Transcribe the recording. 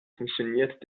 funktioniert